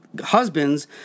husbands